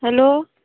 hello